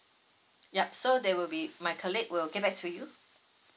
yup so they will be my colleague will get back to you